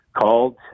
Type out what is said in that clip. called